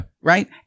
Right